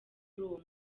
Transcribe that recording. uyo